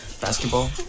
basketball